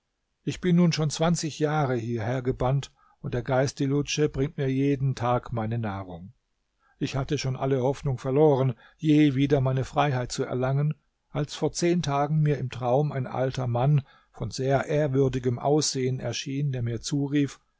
ich bin nun schon zwanzig jahre hierher gebannt und der geist dilhudj bringt mir jeden tag meine nahrung ich hatte schon alle hoffnung verloren je wieder meine freiheit zu erlangen als vor zehn tagen mir im traum ein alter mann von sehr ehrwürdigem aussehen erschien der mir zurief